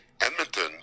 edmonton